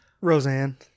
Roseanne